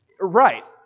Right